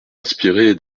inspiré